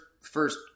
first